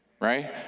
Right